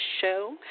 show